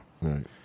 right